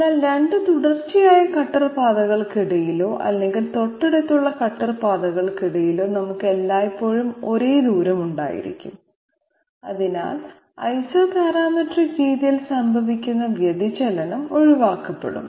എന്നാൽ 2 തുടർച്ചയായ കട്ടർ പാതകൾക്കിടയിലോ അല്ലെങ്കിൽ തൊട്ടടുത്തുള്ള കട്ടർ പാതകൾക്കിടയിലോ നമുക്ക് എല്ലായ്പ്പോഴും ഒരേ ദൂരം ഉണ്ടായിരിക്കും അതിനാൽ ഐസോപാരാമെട്രിക് രീതിയിൽ സംഭവിക്കുന്ന വ്യതിചലനം ഒഴിവാക്കപ്പെടും